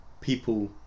people